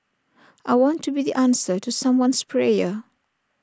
I want to be the answer to someone's prayer